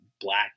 black